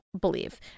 believe